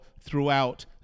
throughout